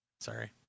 Sorry